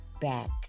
back